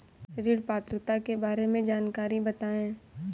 ऋण पात्रता के बारे में जानकारी बताएँ?